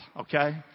okay